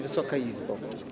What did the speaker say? Wysoka Izbo!